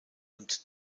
und